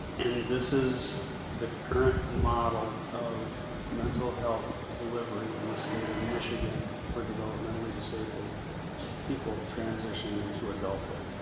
and this is the current model of mental health delivery in the state of michigan for developmentally disabled people transitioning into adulthood.